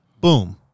Boom